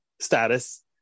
status